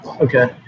Okay